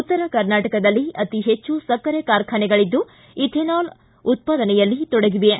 ಉತ್ತರ ಕರ್ನಾಟಕದಲ್ಲಿ ಅತೀ ಹೆಚ್ಚು ಸಕ್ಕರೆ ಕಾರ್ಖಾನೆಗಳಿದ್ದು ಇಥೆನಾಲ್ ಉತ್ಪಾದನೆಯಲ್ಲಿ ತೊಡಗಿವೆ